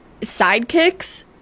sidekicks